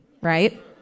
right